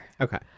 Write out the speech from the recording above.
okay